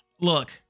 look